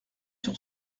sur